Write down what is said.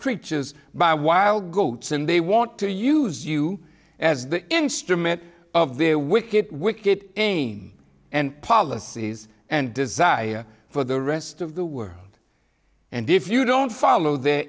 creatures by while goats and they want to use you as the instrument of their wicked wicked aim and policies and desire for the rest of the world and if you don't follow the